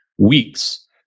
weeks